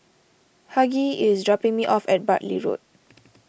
Hughie is dropping me off at Bartley Road